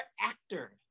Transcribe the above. actor